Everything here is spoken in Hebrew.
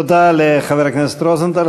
תודה לחבר הכנסת רוזנטל.